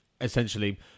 essentially